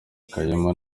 kaymu